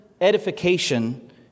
edification